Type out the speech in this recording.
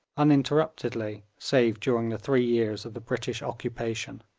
uninterruptedly save during the three years of the british occupation.